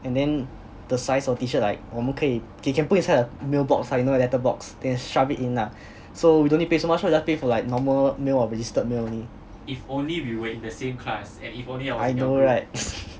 and then the size of the T shirt like 我们可以 we can put inside a mail box like you know the letter box then shove it in ah so we don't need pay so much lor we just pay for normal mail or registered mail only I know right